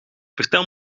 vertel